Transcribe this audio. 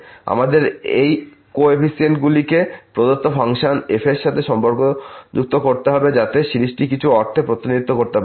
আমাদের এই কো এফিসিয়েন্টগুলিকে প্রদত্ত ফাংশন f এর সাথে সম্পর্কযুক্ত করতে হবে যাতে এই সিরিজটি কিছু অর্থে প্রতিনিধিত্ব করতে পারে